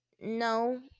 No